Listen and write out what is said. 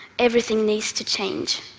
everything needs to change